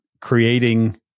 creating